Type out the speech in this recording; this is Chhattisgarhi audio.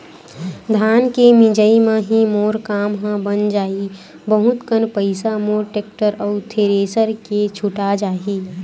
धान के मिंजई म ही मोर काम ह बन जाही बहुत कन पईसा मोर टेक्टर अउ थेरेसर के छुटा जाही